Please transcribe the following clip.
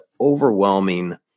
overwhelming